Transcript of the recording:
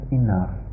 enough